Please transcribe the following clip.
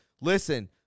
Listen